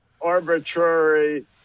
arbitrary